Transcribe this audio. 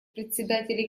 председателей